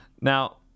Now